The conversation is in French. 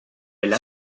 elle